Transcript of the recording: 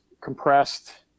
compressed